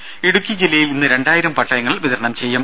രുട ഇടുക്കി ജില്ലയിൽ ഇന്ന് രണ്ടായിരം പട്ടയങ്ങൾ വിതരണം ചെയ്യും